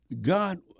God